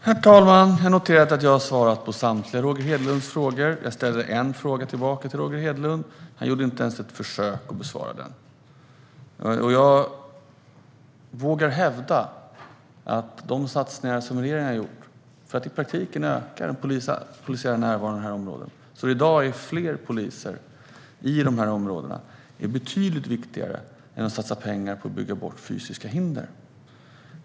Herr talman! Jag noterar att jag har svarat på Roger Hedlunds samtliga frågor. Jag ställde en fråga tillbaka till honom, men han gjorde inte ens ett försök att besvara den. Jag vågar hävda att de satsningar som regeringen har gjort för att i praktiken öka den polisiära närvaron i dessa områden så att det i dag finns fler poliser där är betydligt viktigare än att satsa pengar på att bygga bort fysiska hinder.